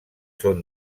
són